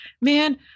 man